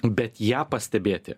bet ją pastebėti